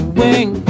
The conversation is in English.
wing